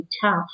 tough